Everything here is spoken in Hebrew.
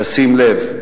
תשים לב,